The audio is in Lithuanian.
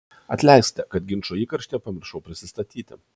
atleiskite kad ginčo įkarštyje pamiršau prisistatyti